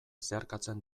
zeharkatzen